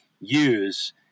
use